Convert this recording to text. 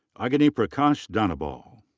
aginiprakash dhanabal.